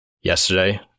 Yesterday